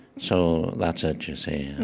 so that's it, you see. and